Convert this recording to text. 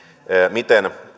miten